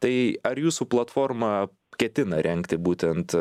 tai ar jūsų platforma ketina rengti būtent